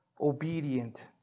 obedient